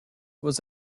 was